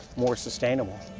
more sustainable.